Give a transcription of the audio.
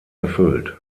erfüllt